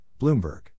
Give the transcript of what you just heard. Bloomberg